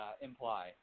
imply